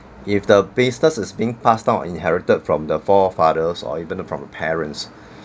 if the business is being passed down inherited from the forefathers or even from the parents